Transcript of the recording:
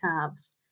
calves